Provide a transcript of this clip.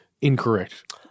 incorrect